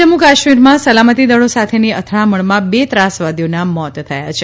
જમ્મુકાશ્મીરમાં સલામતિદળો સાથેની અથડામણમાં બે ત્રાસવાદીઓનાં મોત થયાં છે